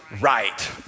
Right